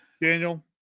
Daniel